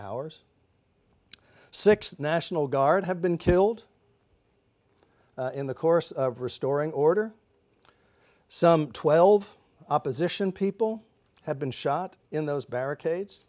hours six national guard have been killed in the course of restoring order some twelve opposition people have been shot in those barricades